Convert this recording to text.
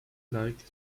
like